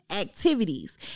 activities